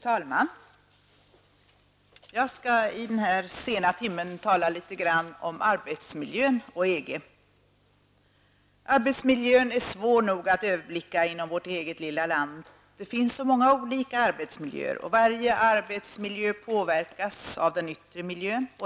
Fru talman! Jag skall i den här sena timmen tala litet grand om arbetsmiljön och EG. Arbetsmiljön är svår nog att överblicka inom vårt eget lilla land. Det finns så många olika arbetsmiljöer, och varje arbetsmiljö påverkas av den yttre miljön.